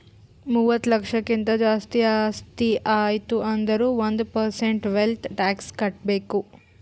ಮೂವತ್ತ ಲಕ್ಷಕ್ಕಿಂತ್ ಜಾಸ್ತಿ ಆಸ್ತಿ ಆಯ್ತು ಅಂದುರ್ ಒಂದ್ ಪರ್ಸೆಂಟ್ ವೆಲ್ತ್ ಟ್ಯಾಕ್ಸ್ ಕಟ್ಬೇಕ್